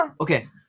Okay